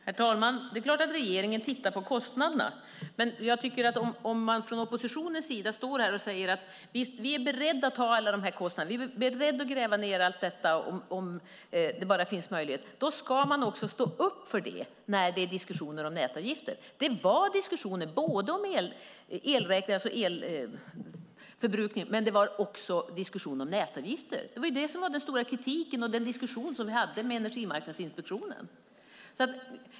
Herr talman! Det är klart att regeringen tittar på kostnaderna. Om oppositionen säger att man är beredd att ta kostnaderna för att gräva ned allt ska man också stå upp för det i diskussioner om nätavgifter. Det var diskussioner om både elförbrukning och nätavgifter. Det var där kritiken fanns och den diskussion vi hade med Energimarknadsinspektionen.